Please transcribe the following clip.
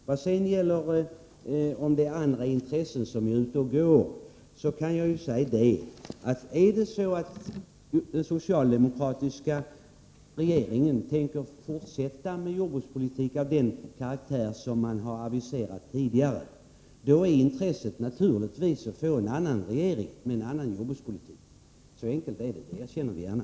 När det sedan gäller frågan om det är andra intressen inblandade kan jag säga att om den socialdemokratiska regeringen tänker fortsätta med en jordbrukspolitik av den karaktär man har aviserat tidigare, är intresset naturligtvis att få en annan regering med en annan jordbrukspolitik. Så enkelt är det. Det erkänner vi gärna.